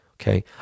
Okay